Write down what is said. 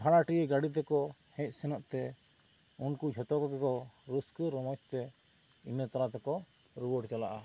ᱵᱷᱟᱲᱟᱴᱤ ᱜᱟᱹᱰᱤ ᱛᱮ ᱠᱚ ᱦᱮᱡ ᱥᱮᱱᱚᱜ ᱛᱮ ᱩᱱᱠᱩ ᱡᱷᱚᱛᱚ ᱠᱚᱜᱮ ᱠᱚ ᱨᱟᱹᱥᱠᱟᱹ ᱨᱚᱢᱚᱡᱽ ᱛᱮ ᱤᱱᱟᱹᱜ ᱛᱟᱞᱟ ᱛᱮ ᱠᱚ ᱨᱩᱣᱟᱹᱲ ᱪᱟᱞᱟᱜᱼᱟ